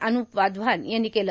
अन्प वाधवान यांनी केलं